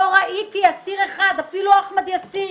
לא ראיתי אסיר אחד, אפילו אחמד יאסין,